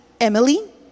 Emily